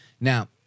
Now